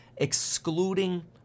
excluding